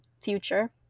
future